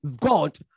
God